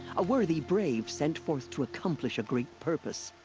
a worthy brave set forth to accomplish a great purpose.